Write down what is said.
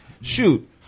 Shoot